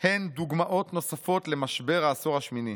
הן דוגמאות נוספות למשבר העשור השמיני.